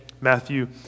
Matthew